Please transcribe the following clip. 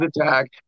attack